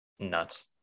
nuts